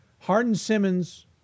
Harden-Simmons